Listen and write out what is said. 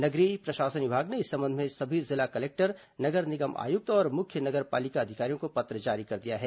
नगरीय प्रशासन विभाग ने इस संबंध में सभी जिला कलेक्टर नगर निगम आयुक्त और मुख्य नगर पालिका अधिकारियों को पत्र जारी कर दिया है